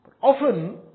Often